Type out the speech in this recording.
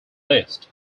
list